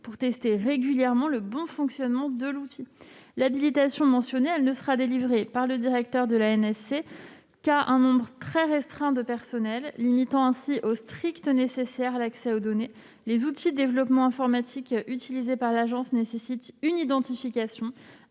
pour tester régulièrement le bon fonctionnement de l'outil. L'habilitation mentionnée ne sera délivrée par le directeur de l'ANSC qu'à un nombre très restreint de personnels, limitant ainsi au strict nécessaire l'accès aux données. Les outils de développement informatique utilisés par l'Agence nécessitent une identification,